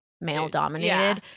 male-dominated